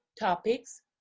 topics